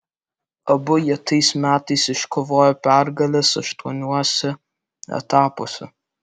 abu jie tais metais iškovojo pergales aštuoniuose etapuose